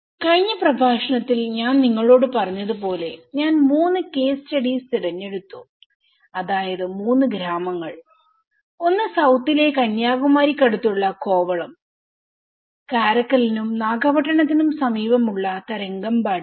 കഴിഞ്ഞ പ്രഭാഷണത്തിൽ ഞാൻ നിങ്ങളോട് പറഞ്ഞതുപോലെ ഞാൻ മൂന്ന് കേസ് സ്റ്റഡീസ് തിരഞ്ഞെടുത്തു അതായത് മൂന്ന് ഗ്രാമങ്ങൾഒന്ന് സൌത്തിലെ കന്യാകുമാരിക്കടുത്തുള്ള കോവളം കാരയ്ക്കലിനും നാഗപട്ടണത്തിനും സമീപOcuമുള്ള തരംഗമ്പാടി